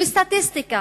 סטטיסטיקה,